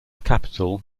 capital